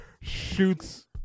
shoots